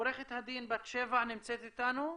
עורכת הדין בת שבע שרמן-שני נמצאת איתנו?